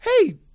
hey